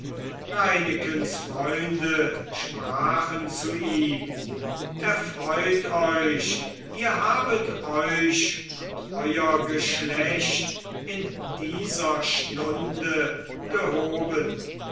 reinekens freunde sprachen zu ihm erfreut euch ihr habet euch und euer geschlecht in dieser stunde gehoben